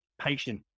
patient